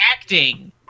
acting